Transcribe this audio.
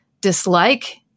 dislike